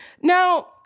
Now